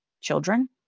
children